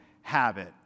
habit